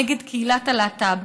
נגד קהילת הלהט"ב.